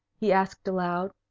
he asked aloud.